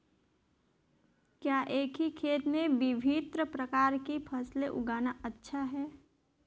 क्या एक ही खेत में विभिन्न प्रकार की फसलें उगाना अच्छा है?